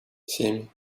семь